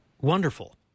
wonderful